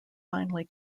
finally